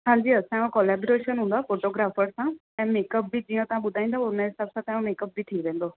हांजी असांजो कोलैबोरेशन हूंदो आहे फ़ोटोग्राफर सां ऐं मेकअप बि जीअं तव्हां ॿुधाईंदो उनजे हिसाब सां तव्हांजो मेकअप बि थी वेंदो